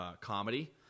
comedy